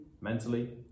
mentally